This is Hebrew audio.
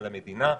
על המדינה,